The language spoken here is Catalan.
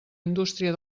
indústria